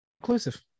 inclusive